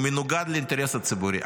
הוא מנוגד לאינטרס הציבורי.